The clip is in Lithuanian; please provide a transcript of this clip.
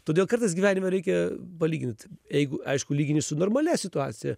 todėl kartais gyvenime reikia palygint jeigu aišku lygini su normalia situacija